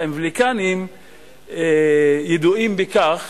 האוונגליסטים ידועים בכך